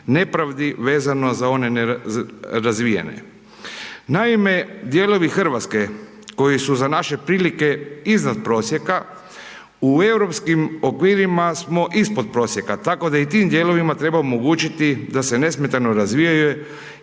nepravdi vezano za one nerazvijene. Naime, dijelovi Hrvatske, koji su za naše prilike iznad prosijeku, u europskim okvirima smo ispod prosjeka, tako da i u tim dijelovima treba omogućiti da se nesmetano razvijaju